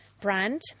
brand